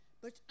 but